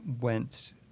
went